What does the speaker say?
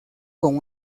con